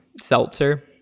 seltzer